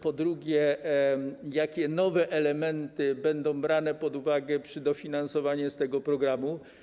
Po drugie, jakie nowe elementy będą brane pod uwagę przy dofinansowaniu z tego programu?